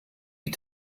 die